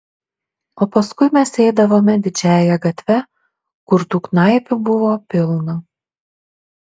o paskui mes eidavome didžiąja gatve kur tų knaipių buvo pilna